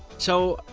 so,